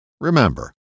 Remember